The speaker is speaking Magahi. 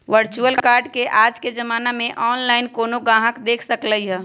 वर्चुअल कार्ड के आज के जमाना में ऑनलाइन कोनो गाहक देख सकलई ह